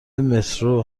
مترو